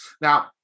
Now